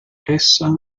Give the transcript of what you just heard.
essa